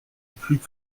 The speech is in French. plus